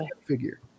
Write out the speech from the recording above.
figure